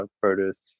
produce